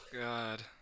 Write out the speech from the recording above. god